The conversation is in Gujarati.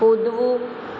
કૂદવું